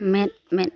ᱢᱮᱫ ᱢᱮᱫ